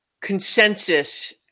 consensus